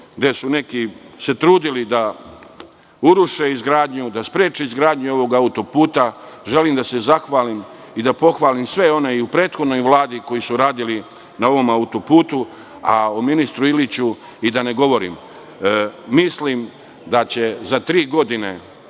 gde su se neki trudili da uruše izgradnju, da spreče izgradnju ovog autoputa. Želim da se zahvalim i da pohvalim sve one i u prethodnoj Vladi koji su radili na ovom autoputu, a o ministru Iliću i da ne govorim. Mislim da će za tri godine,